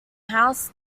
house